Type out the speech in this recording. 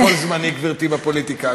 הכול זמני, גברתי, בפוליטיקה.